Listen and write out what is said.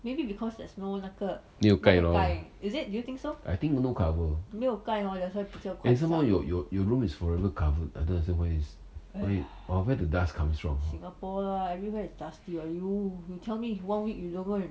没有盖 lor I think because no cover uh eh somemore you room is forever covered uh where the dust come from